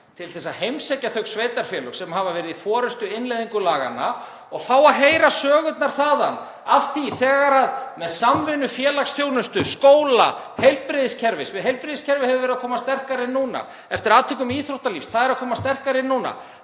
til að heimsækja þau sveitarfélög sem hafa verið í forystu við innleiðingu laganna og fá að heyra sögurnar þaðan af því að með samvinnu félagsþjónustu, skóla, heilbrigðiskerfis, af því að heilbrigðiskerfið hefur verið að koma sterkara inn núna, og eftir atvikum íþróttalífs, sem er líka að koma sterkara inn,